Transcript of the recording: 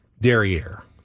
derriere